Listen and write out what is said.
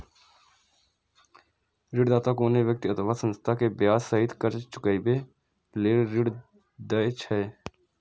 ऋणदाता कोनो व्यक्ति अथवा संस्था कें ब्याज सहित कर्ज चुकाबै लेल ऋण दै छै